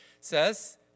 says